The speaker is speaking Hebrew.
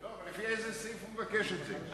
אבל לפי איזה סעיף הוא מבקש את זה?